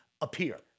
appear